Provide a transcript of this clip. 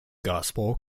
gospel